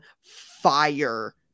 fire